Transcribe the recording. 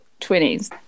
20s